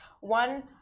one